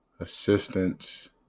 assistance